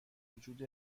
وجود